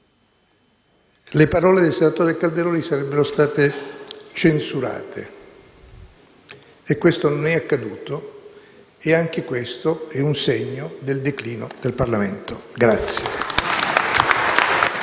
le parole del senatore Calderoli sarebbero state censurate. Questo non è accaduto, e anche questo è un segno del declino del Parlamento.